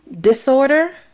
disorder